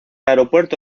aeropuerto